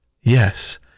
Yes